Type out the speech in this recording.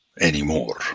anymore